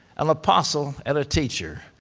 an apostle, and a teacher.